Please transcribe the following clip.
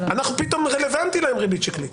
פתאום רלוונטית לו ריבית שקלית.